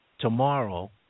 tomorrow